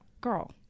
girl